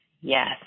Yes